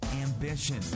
ambition